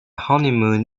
honeymoon